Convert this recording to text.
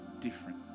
different